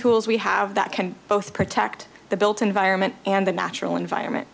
tools we have that can both protect the built environment and the natural environment